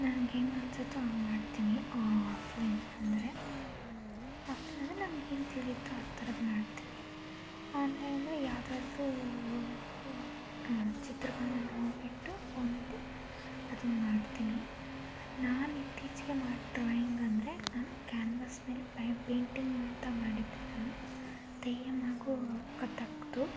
ನಂಗೆ ಹೆಂಗೆ ಅನಿಸತ್ತೋ ಹಂಗೆ ಮಾಡ್ತೀನಿ ಆಫ್ಲೈನ್ ಅಂದರೆ ಆಫ್ಲೈನ್ ಅಂದರೆ ನನ್ಗೆ ಏನು ತಿಳಿಯುತ್ತೋ ಆ ಥರದ್ದು ಮಾಡ್ತೀನಿ ಆನ್ಲೈನ್ ಅಂದರೆ ಯಾವ್ದಾದ್ರೂ ಚಿತ್ರಗಳನ್ನ ನೋಡಿಬಿಟ್ಟು ಅದನ್ನ ಮಾಡ್ತೀನಿ ನಾನು ಇತ್ತೀಚಿಗೆ ಮಾಡಿ ಡ್ರಾಯಿಂಗ್ ಅಂದರೆ ನಾನು ಕ್ಯಾನ್ವಸ್ ಮೇಲೆ ಪೇಂಟಿಂಗಿಂತ ಮಾಡಿದ್ದೆ ನಾನು ತೆಯ್ಯಮ್ ಹಾಗೂ ಕಥಕ್ದು